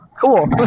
Cool